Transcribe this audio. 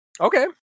Okay